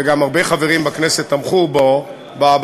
וגם הרבה חברים בכנסת תמכו בהצעה,